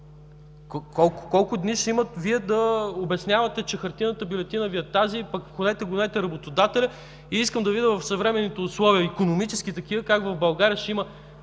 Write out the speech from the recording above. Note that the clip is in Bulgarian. Колко дни ще имате Вие да обяснявате, че хартиената бюлетина Ви е тази, пък ходете гонете работодателя. Искам да видя в съвременните икономически условия как в България ще има